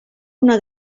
una